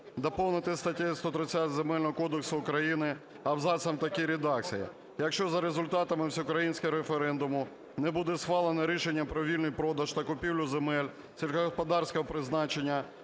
Доповнити статтю 130 Земельного кодексу України абзацом в такій редакції: "Якщо за результатами всеукраїнського референдуму не буде схвалено рішення про вільний продаж та купівлю земель сільськогосподарського призначення,